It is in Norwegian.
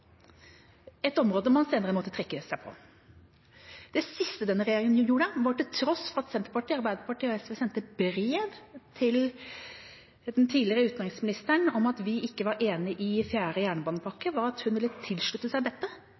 et område man senere måtte trekke seg fra. Det siste denne regjeringa gjorde, til tross for at Senterpartiet, Arbeiderpartiet og SV sendte brev til den tidligere utenriksministeren om at vi ikke var enig i fjerde jernbanepakke, var at den ville tilslutte seg dette